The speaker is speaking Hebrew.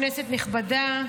כנסת נכבדה,